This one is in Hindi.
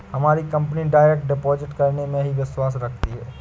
हमारी कंपनी डायरेक्ट डिपॉजिट करने में ही विश्वास रखती है